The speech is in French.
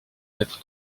être